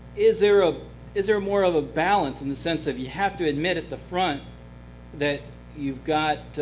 is there ah is there more of a balance in the sense of you have to admit at the front that you've got